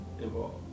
involved